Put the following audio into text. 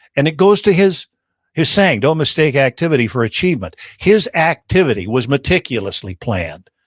and it goes to his his saying, don't mistake activity for achievement. his activity was meticulously planned.